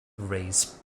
race